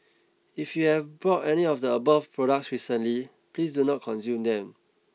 if you have bought any of the above products recently please do not consume them